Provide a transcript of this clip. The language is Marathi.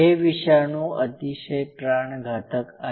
हे विषाणू अतिशय प्राणघातक आहेत